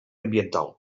ambiental